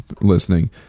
listening –